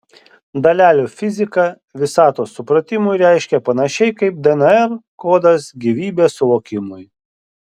dalelių fizika visatos supratimui reiškia panašiai kaip dnr kodas gyvybės suvokimui